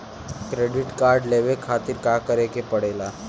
Credit card लेवे खातिर का करे के पड़ेला?